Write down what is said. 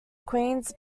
queens